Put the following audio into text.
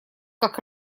как